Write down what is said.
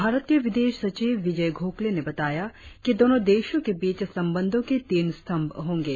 भारत के विदेश सचिव विजय गोखले ने बताया कि दोनो देशों के बीच संबंधो के तीन स्तंभ होंगे